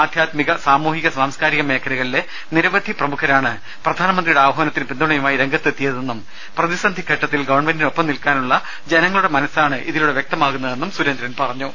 ആദ്ധ്യാത്മിക സാമൂഹിക സാംസ്കാരിക മേഖലയിലെ നിരവധി പ്രമുഖരാണ് പ്രധാനമന്ത്രിയുടെ ആഹ്വാനത്തിന് പിന്തുണയുമായി രംഗത്തെത്തിയതെന്നും പ്രതിസന്ധി ഘട്ടത്തിൽ ഗവൺമെന്റിനൊപ്പം നിൽക്കാനുള്ള ജനങ്ങളുടെ മനസ്സാണിതിലൂടെ വ്യക്തമാകുന്നതെന്നും സുരേന്ദ്രൻ പറഞ്ഞു